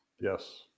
Yes